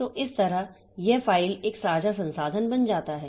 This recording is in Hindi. तो इस तरह यह फाइल एक साझा संसाधन बन जाता है